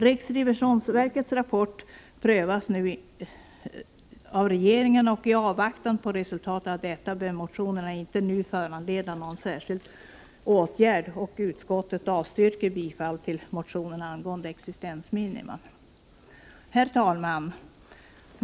Riksrevisionsverkets rapport prövas nu av regeringen, och i avvaktan på resultatet av detta bör motionerna inte nu föranleda någon särskild åtgärd. Utskottet avstyrker motionerna angående existensminimum. Herr talman!